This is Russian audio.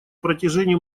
протяжении